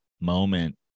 moment